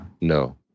No